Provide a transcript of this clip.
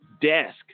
desk